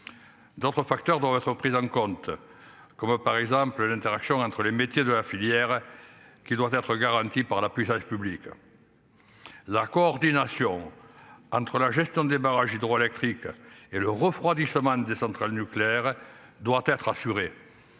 D'autres facteurs doivent être pris en compte. Comme par exemple l'interaction entre les métiers de la filière. Qui doit être garantie par la puce public. La coordination entre la gestion des barrages hydroélectriques. Et le refroidissement des centrales nucléaires doit être assurée.